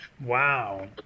wow